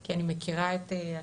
כי אני מכירה את השרה,